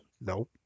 No